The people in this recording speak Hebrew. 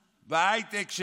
בהייטק,